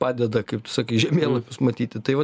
padeda kaip tu sakai žemėlapius matyti tai va